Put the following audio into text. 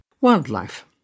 Wildlife